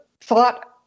thought